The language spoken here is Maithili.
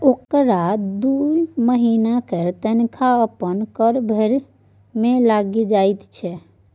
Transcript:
ओकरा दू महिनाक तनखा अपन कर भरय मे लागि जाइत छै